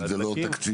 זה לא תקציבי.